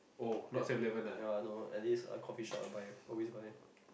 that ya though at this coffeeshop I buy always buy